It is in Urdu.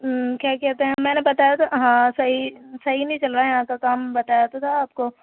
کیا کہتے میں نے بتایا تو ہاں صحیح صحیح نہیں چل رہا یہاں کا کام بتایا تو تھا آپ کو